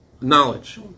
knowledge